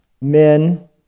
men